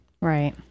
Right